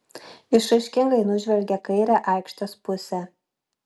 išraiškingai nužvelgė kairę aikštės pusę